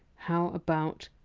how about!